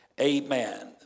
Amen